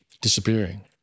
disappearing